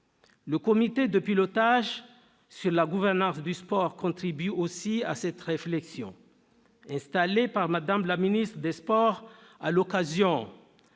Le comité de pilotage sur la gouvernance du sport contribue aussi à cette réflexion. Installé par Mme la ministre des sports à l'occasion